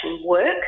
work